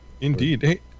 Indeed